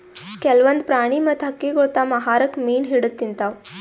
ಕೆಲ್ವನ್ದ್ ಪ್ರಾಣಿ ಮತ್ತ್ ಹಕ್ಕಿಗೊಳ್ ತಮ್ಮ್ ಆಹಾರಕ್ಕ್ ಮೀನ್ ಹಿಡದ್ದ್ ತಿಂತಾವ್